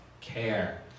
care